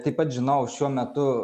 taip pat žinau šiuo metu